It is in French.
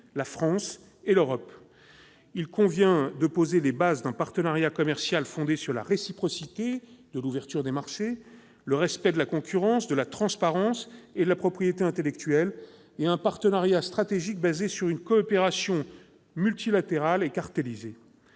la France et l'Europe. Il convient de poser les bases d'un partenariat commercial fondé sur la réciprocité de l'ouverture des marchés, sur le respect de la concurrence, de la transparence et de la propriété intellectuelle, et d'un partenariat stratégique fondé sur une coopération multilatérale et cartellisée.